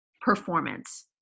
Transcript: performance